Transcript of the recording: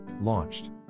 launched